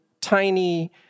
tiny